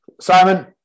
Simon